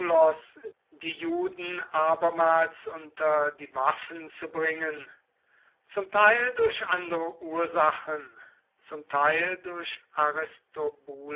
die juden abermals unter die waffen zu bringen zum teil durch andere ursachen zum teil durch